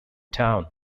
town